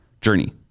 journey